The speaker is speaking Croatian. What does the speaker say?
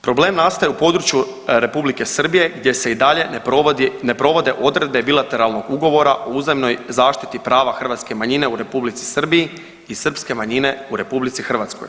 Problem nastaje u području Republike Srbije gdje se i dalje ne provodi, provode odredbe bilateralnog ugovora o uzajamnoj zaštiti prava hrvatske manjine u Republici Srbiji i srpske manjine u RH.